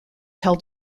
held